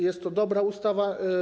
Jest to dobra ustawa.